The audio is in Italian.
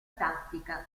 tattica